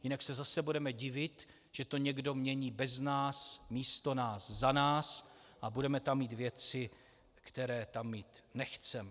Jinak se zase budeme divit, že to někdo mění bez nás, místo nás, za nás, a budeme tam mít věci, které tam mít nechceme.